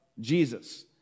Jesus